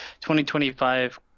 2025